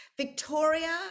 Victoria